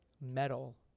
metal